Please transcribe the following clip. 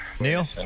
Neil